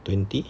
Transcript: twenty